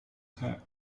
her